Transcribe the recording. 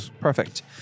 Perfect